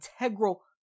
integral